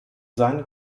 sein